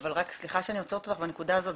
סליחה שאני עוצרת אותך בנקודה הזאת.